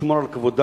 ישמור על כבודה,